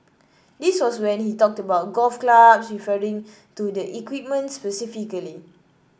this was when he talked about golf clubs referring to the equipment specifically